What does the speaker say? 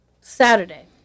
Saturday